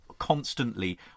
constantly